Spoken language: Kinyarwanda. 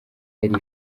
yari